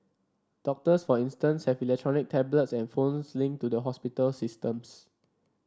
doctors for instance have electronic tablets and phones linked to the hospital systems